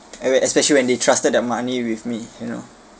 and when especially when they trusted their money with me you know